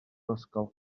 ysgol